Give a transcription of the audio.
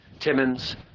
Timmins